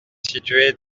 situé